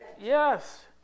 Yes